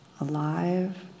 alive